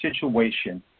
situation